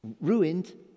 Ruined